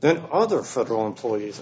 that other federal employees